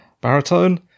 baritone